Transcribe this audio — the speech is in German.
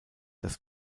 dass